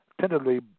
tenderly